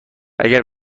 اگر